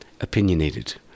opinionated